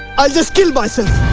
i'll just kill myself!